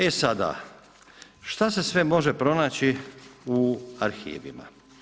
E sada, šta se sve može pronaći u arhivima?